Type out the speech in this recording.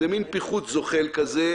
זה מין פוחת זוחל כזה.